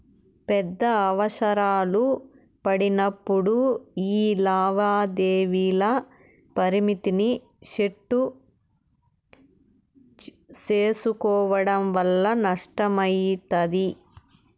పెద్ద అవసరాలు పడినప్పుడు యీ లావాదేవీల పరిమితిని సెట్టు సేసుకోవడం వల్ల నష్టమయితది